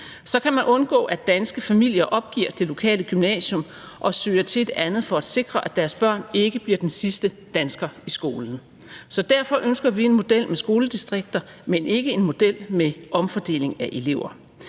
Så kan man undgå, at danske familier opgiver det lokale gymnasium og søger til et andet for at sikre, at deres barn ikke bliver den sidste dansker på skolen. Derfor ønsker vi en model med skoledistrikter, men ikke en model med omfordeling af elever.